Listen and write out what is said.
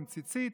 עם ציצית,